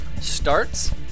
starts